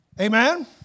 Amen